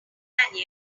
batman